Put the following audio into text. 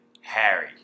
Harry